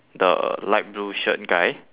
the light blue shirt guy